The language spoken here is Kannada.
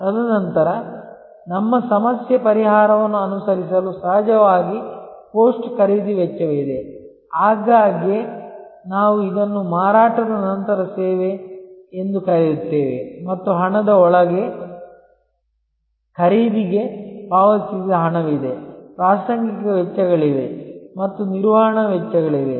ತದನಂತರ ನಮ್ಮ ಸಮಸ್ಯೆ ಪರಿಹಾರವನ್ನು ಅನುಸರಿಸಲು ಸಹಜವಾಗಿ ಪೋಸ್ಟ್ ಖರೀದಿ ವೆಚ್ಚವಿದೆ ಆಗಾಗ್ಗೆ ನಾವು ಇದನ್ನು ಮಾರಾಟದ ನಂತರದ ಸೇವೆ ಎಂದು ಕರೆಯುತ್ತೇವೆ ಮತ್ತು ಹಣದ ಒಳಗೆ ಖರೀದಿಗೆ ಪಾವತಿಸಿದ ಹಣವಿದೆ ಪ್ರಾಸಂಗಿಕ ವೆಚ್ಚಗಳಿವೆ ಮತ್ತು ನಿರ್ವಹಣಾ ವೆಚ್ಚಗಳಿವೆ